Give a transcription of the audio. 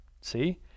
See